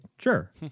sure